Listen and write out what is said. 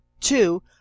Two